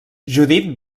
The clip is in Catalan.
judit